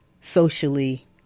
socially